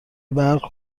برق